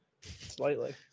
slightly